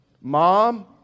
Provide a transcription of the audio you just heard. Mom